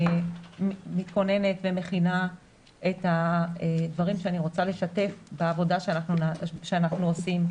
מתכוננת ומכינה את הדברים שאני רוצה לשתף בעבודה שאנחנו עושים,